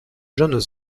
jeunes